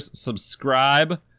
subscribe